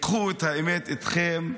קחו את האמת איתכם,